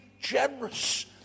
generous